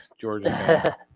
Georgia